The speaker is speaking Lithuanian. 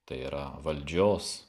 tai yra valdžios